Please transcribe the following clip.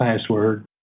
password